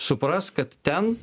supras kad ten